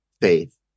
faith